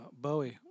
Bowie